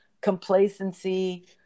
complacency